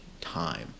time